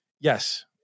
Yes